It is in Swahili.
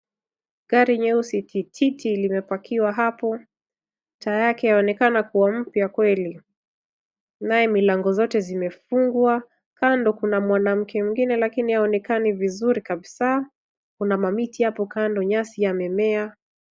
Gari jeusi tititi limepakiwa hapo. Taa yake yaonekana kuwa mpya kweli naye milango zote zimefungwa. Kando kuna mwanamke mwingine lakini haonekani vizuri kabisa. Kuna miti hapo kando, nyasi imemea.